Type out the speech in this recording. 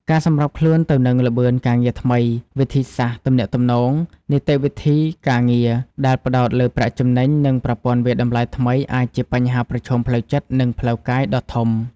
ការសម្របខ្លួនទៅនឹងល្បឿនការងារថ្មី វិធីសាស្រ្តទំនាក់ទំនង នីតិវិធីការងារដែលផ្តោតលើប្រាក់ចំណេញ និងប្រព័ន្ធវាយតម្លៃថ្មី អាចជាបញ្ហាប្រឈមផ្លូវចិត្ត និងផ្លូវកាយដ៏ធំ។